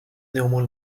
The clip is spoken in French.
néanmoins